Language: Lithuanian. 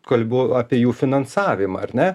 kalbu apie jų finansavimą ar ne